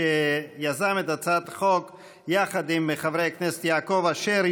שיזם את הצעת החוק יחד עם חברי הכנסת יעקב אשר,